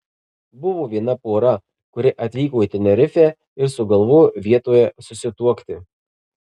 buvo viena pora kuri atvyko į tenerifę ir sugalvojo vietoje susituokti